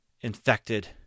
infected